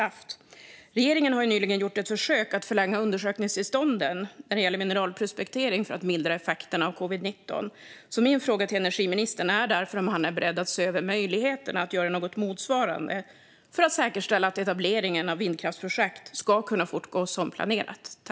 Regeringen har nyligen, för att mildra effekterna av spridningen av covid-19, gjort ett försök att förlänga undersökningstillstånden när det gäller mineralprospektering. Jag undrar därför om energiministern är beredd att se över möjligheten att göra något motsvarande för att säkerställa att etableringen av vindkraftsprojekt ska kunna fortgå som planerat.